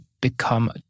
become